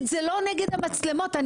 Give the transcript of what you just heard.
נגד מצלמות.